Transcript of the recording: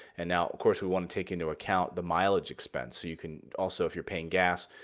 and now, of course, you want to take into account the mileage expense. so you can, also, if you're paying gas,